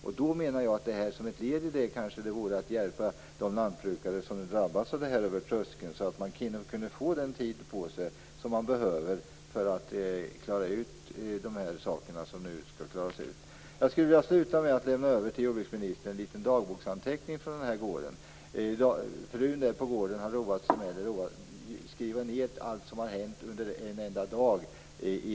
Jag menar att ett led i detta kanske vore att hjälpa de lantbrukare som drabbats av det här över tröskeln, så att de får den tid på sig som de behöver för att klara ut de saker som skall klaras ut. Jag vill sluta med att till jordbruksministern lämna över en liten dagboksanteckning från den här gården. Frun på gården har skrivit ned allt vad som har hänt under en enda dag.